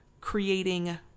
creating